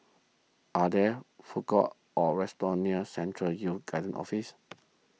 are there food courts or restaurants near Central Youth Guidance Office